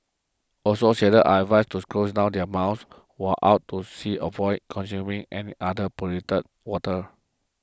also sailors are advised to close their mouths while out at sea consuming any other polluted water